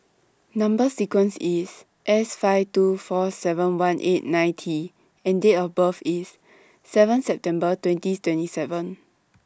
Number sequence IS S five two four seven one eight nine T and Date of birth IS seven September twenties twenty seven